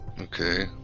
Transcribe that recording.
Okay